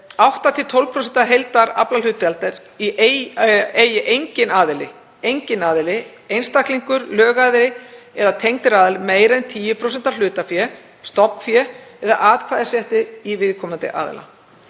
8–12% heildaraflahlutdeildar eigi enginn aðili, einstaklingur, lögaðili eða tengdir aðilar, meira en 10% af hlutafé, stofnfé eða atkvæðisrétti í viðkomandi aðila.